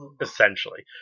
essentially